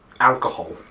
Alcohol